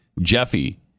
Jeffy